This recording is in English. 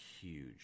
huge